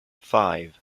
five